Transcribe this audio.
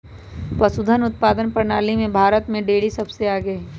पशुधन उत्पादन प्रणाली में भारत में डेरी सबसे आगे हई